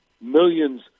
Millions